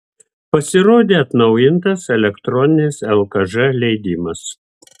pasirodė atnaujintas elektroninis lkž leidimas